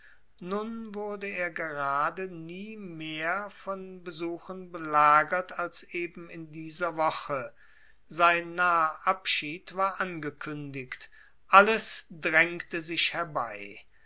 nun wurde er gerade nie mehr von besuchen belagert als eben in dieser woche sein naher abschied war angekündigt alles drängte sich herbei